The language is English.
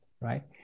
Right